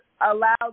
allow